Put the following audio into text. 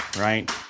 right